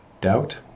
doubt